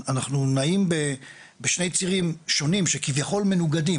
אנחנו נעים בשני צירים שונים שכביכול מנוגדים.